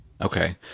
Okay